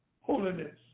holiness